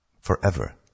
Forever